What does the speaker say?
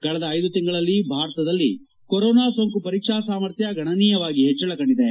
ಕಳೆದ ಐದು ತಿಂಗಳಲ್ಲಿ ಭಾರತದಲ್ಲಿ ಕೊರೊನಾ ಸೋಂಕು ಪರೀಕ್ಸಾ ಸಾಮರ್ಥ್ನ ಗಣನೀಯವಾಗಿ ಹೆಚ್ಚಳ ಕಂಡಿದೆ